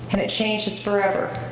and it changed us forever.